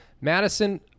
Madison